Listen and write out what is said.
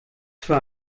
für